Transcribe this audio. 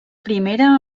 primera